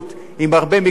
עם הרבה מקצועיות,